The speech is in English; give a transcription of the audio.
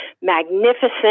magnificent